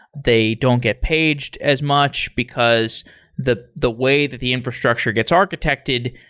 they don't get paged as much, because the the way that the infrastructure gets architected,